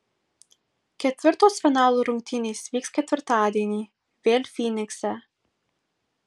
ketvirtos finalo rungtynės vyks ketvirtadienį vėl fynikse